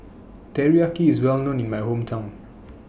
Teriyaki IS Well known in My Hometown